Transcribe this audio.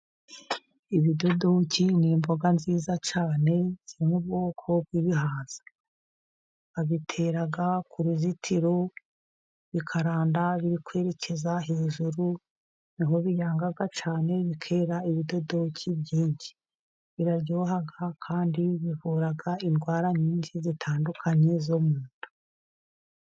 Ibidodoki ni imboga nziza cyane zo mu bwoko bw'ibihaza. Babitera ku ruzitiro, bikaranda biri kwerekeza hejuru niho biyanga cyane, bigatera ibidodoki byinshi. Biraryoha kandi bivura indwara nyinshi zitandukanye zo mu nda.